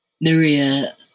Maria